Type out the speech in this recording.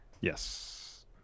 Yes